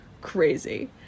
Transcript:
crazy